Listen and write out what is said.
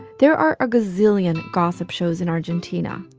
there are a gazillion gossip shows in argentina.